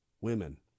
women